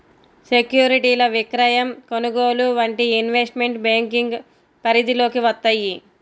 సెక్యూరిటీల విక్రయం, కొనుగోలు వంటివి ఇన్వెస్ట్మెంట్ బ్యేంకింగ్ పరిధిలోకి వత్తయ్యి